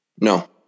No